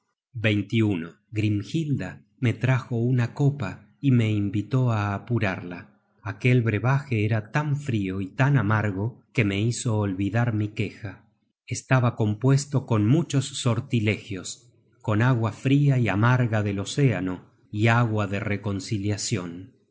grimhilda me trajo una copa y me invitó á apurarla aquel brevaje era tan frio y tan amargo que me hizo olvidar esta es decir ostentar gallardía á los ojos de la mujer queda regala content from google book search generated at ba compuesto con muchos sortilegios con agua fria y amarga del océano y agua de reconciliacion